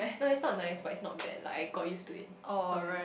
no it's not nice but it's not bad like I got used to it um